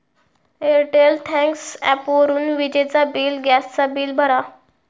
Airtel thanks ॲपवरून विजेचा bill, gas चा बिल भरा